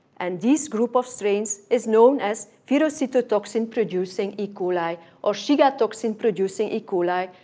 and this group of strains is known as verocytotoxin producing e. coli or shiga toxin-producing e. coli,